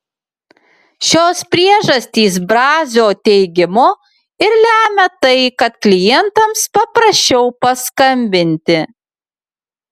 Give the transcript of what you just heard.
šios priežastys brazio teigimu ir lemia tai kad klientams paprasčiau paskambinti